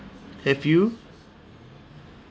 have you